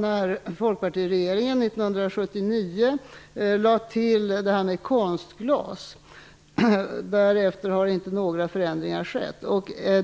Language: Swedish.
när folkpartire geringen år 1979 lade till alternativet konstglas. Därefter har inga förändringar skett.